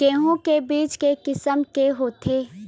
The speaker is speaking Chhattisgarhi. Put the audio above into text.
गेहूं के बीज के किसम के होथे?